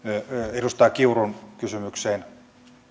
edustaja kiurun kysymykseen